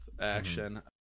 action